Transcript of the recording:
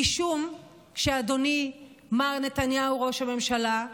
משום שאדוני מר נתניהו, ראש הממשלה,